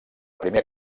primer